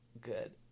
Good